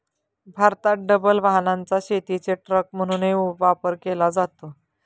भारतात डबल वाहनाचा शेतीचे ट्रक म्हणूनही वापर केला जातो